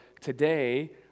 today